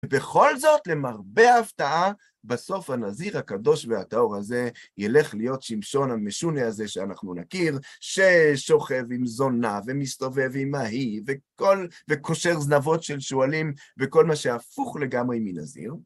ובכל זאת, למרבה ההפתעה, בסוף הנזיר הקדוש והטהור הזה ילך להיות שמשון המשונה הזה שאנחנו נכיר, ששוכב עם זונה ומסתובב עם ההיא, וקושר זנבות של שועלים, וכל מה שהפוך לגמרי מנזיר.